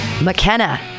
McKenna